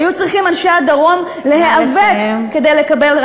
היו צריכים אנשי הדרום להיאבק כדי לקבל,